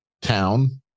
town